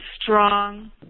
strong